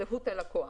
זהות הלקוח.